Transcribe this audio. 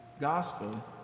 gospel